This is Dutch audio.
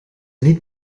niet